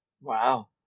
Wow